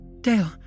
Dale